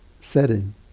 setting